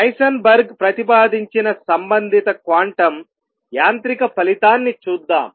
Heisenberg ప్రతిపాదించిన సంబంధిత quantum యాంత్రిక ఫలితాన్ని చూద్దాం